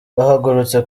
bahagurutse